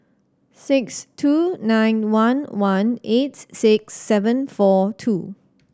six two nine one one eight six seven four two